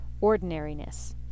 ordinariness